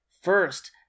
first